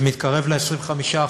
זה מתקרב ל-25%.